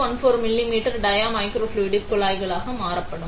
14 millimetre dia microfluidic குழாய்கள் மாறுபடும்